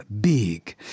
big